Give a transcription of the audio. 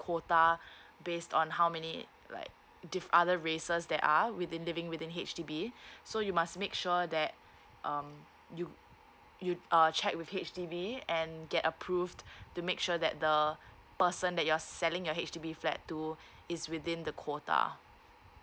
quota based on how many like dif~ other races that are within living within H_D_B so you must make sure that um you you uh check with H_D_B and get approved to make sure that the person that you are selling a H_D_B flat to is within the quota